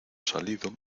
salido